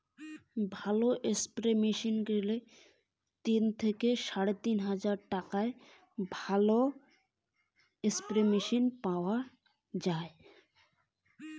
ভালো spray machine কিনির গেলে কি রকম টাকা দিয়া নেওয়া ভালো?